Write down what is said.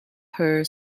her